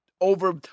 over